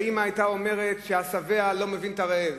שהאמא שלה היתה אומרת שהשבע לא מבין את הרעב.